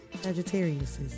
Sagittarius